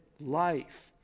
life